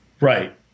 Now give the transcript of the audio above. Right